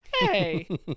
Hey